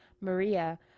Maria